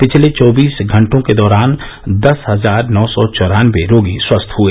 पिछले चौबीस घंटों के दौरान दस हजार नौ सौ चौरानबे रोगी स्वस्थ हए